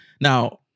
Now